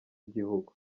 igihugu